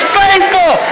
faithful